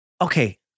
Okay